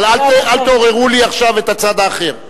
אבל אל תעוררו לי עכשיו את הצד האחר.